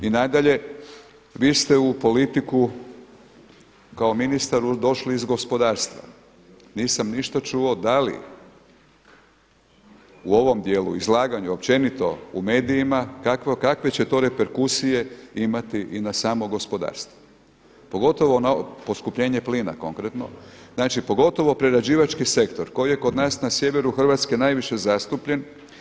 I nadalje, vi ste u politiku kao ministar došli iz gospodarstva, nisam ništa čuo da li u ovom dijelu izlaganja općenito u medijima kakve će to reperkusije imati i na samo gospodarstvo, pogotovo na poskupljenje plina konkretno, znači pogotovo prerađivački sektor koji je kod nas na sjeveru Hrvatske najviše zastupljen.